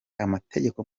amategeko